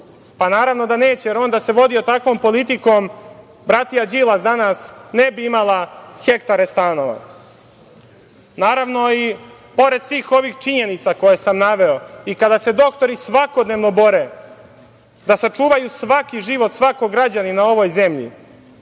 Pa, naravno da neće, jer on da se vodio takvom politikom, bratija Đilas danas ne bi imala hektare stanova. Naravno, pored svih ovih činjenica koje sam naveo i kada se doktori svakodnevno bore da sačuvaju svaki život, svakog građanina na ovoj zemlji,